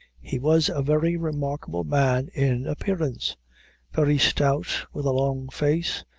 he was a very remarkable man in appearance very stout, with a long face,